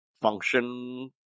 function